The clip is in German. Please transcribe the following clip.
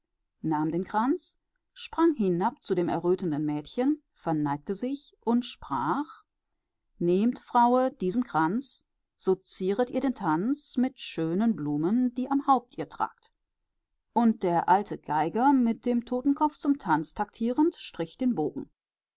nahm den kranz sprang zu dem errötenden mädchen verneigte sich und sprach nehmt fraue diesen kranz so zieret ihr den tanz mit schönen blumen die am haupt ihr tragt und der alte geiger mit dem totenkopf zum tanz taktierend strich den bogen